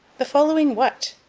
the following what?